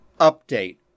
update